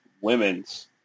women's